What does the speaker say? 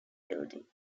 building